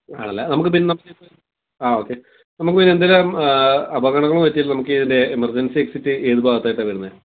ആണല്ലേ നമുക്ക് പിന്നെ ആ ഓക്കെ നമുക്ക് പിന്നെ എന്തെങ്കിലും അപകടങ്ങൾ പറ്റിയാൽ നമുക്ക് ഇതിൻ്റെ എമർജൻസി എക്സിറ്റ് ഏത് ഭാഗത്തായിട്ടാണ് വരുന്നത്